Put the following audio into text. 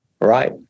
Right